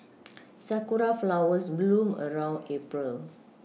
sakura flowers bloom around April